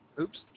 Oops